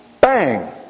bang